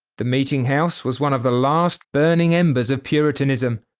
the meeting house was one of the last burning embers of puritianism,